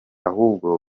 ahubwo